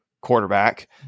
quarterback